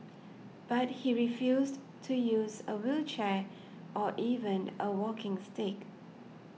but he refused to use a wheelchair or even a walking stick